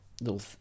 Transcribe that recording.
little